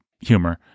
humor